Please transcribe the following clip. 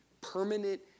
permanent